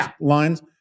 lines